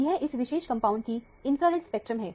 यह इस विशेष कंपाउंड की इंफ्रारेड स्पेक्ट्रम है